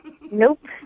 Nope